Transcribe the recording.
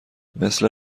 مثل